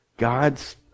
God's